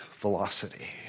velocity